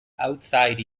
outside